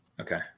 Okay